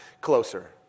closer